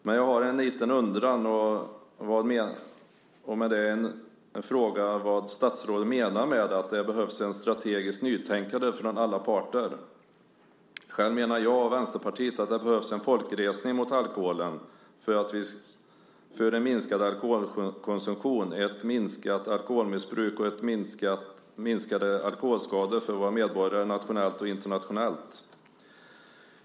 Men jag har en liten undran och en fråga om vad statsrådet menar med att det behövs ett strategiskt nytänkande från alla parter. Själv menar jag och Vänsterpartiet att det behövs en folkresning mot alkoholen, för en minskad alkoholkonsumtion är ett minskat alkoholmissbruk och minskade alkoholskador för våra medborgare nationellt och internationellt.